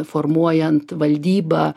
formuojant valdybą